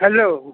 hello